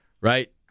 Right